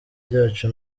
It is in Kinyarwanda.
ryacu